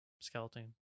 skeleton